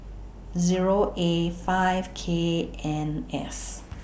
Zero A five K N S